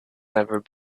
never